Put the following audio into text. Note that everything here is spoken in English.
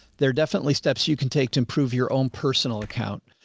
there are definitely steps you can take to improve your own personal account.